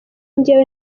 njyewe